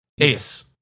Ace